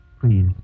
Please